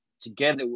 together